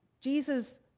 Jesus